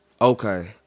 Okay